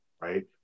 right